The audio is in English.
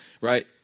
right